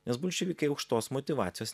nes bolševikai aukštos motyvacijos